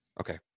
Okay